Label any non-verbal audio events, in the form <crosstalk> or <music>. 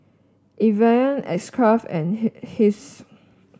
Evian X Craft and <unintelligible> Kiehl's